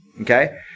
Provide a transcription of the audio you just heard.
Okay